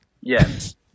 Yes